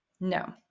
no